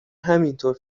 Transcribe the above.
همینطور